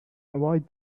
avoid